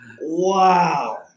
Wow